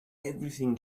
everything